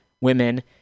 women